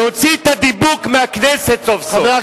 להוציא את הדיבוק מהכנסת סוף-סוף,